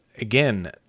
again